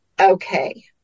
okay